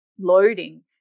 loading